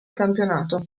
campionato